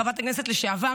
חברת הכנסת לשעבר,